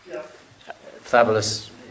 Fabulous